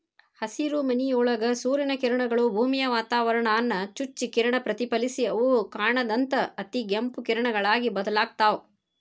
ಹಸಿರುಮನಿಯೊಳಗ ಸೂರ್ಯನ ಕಿರಣಗಳು, ಭೂಮಿಯ ವಾತಾವರಣಾನ ಚುಚ್ಚಿ ಕಿರಣ ಪ್ರತಿಫಲಿಸಿ ಅವು ಕಾಣದಂತ ಅತಿಗೆಂಪು ಕಿರಣಗಳಾಗಿ ಬದಲಾಗ್ತಾವ